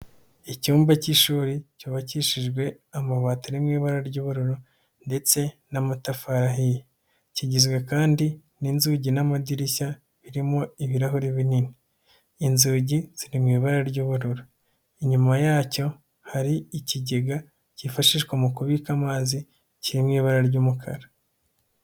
Icyumba k'ishuri cyubakishijwe amabati ari mu ibara ry'ubururu ndetse n'amatafari ahiye. Kigizwe kandi n'inzugi n'amadirishya birimo ibirahuri binini. Inzugi ziri mu ibara ry'ubururu. Inyuma yacyo hari ikigega kifashishwa mu kubika amazi, kiri mu ibara ry'umukara.